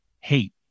Hate